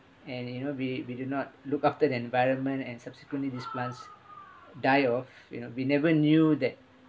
and you know we we do not look after the environment and subsequently these plants die of you know we never knew that